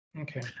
Okay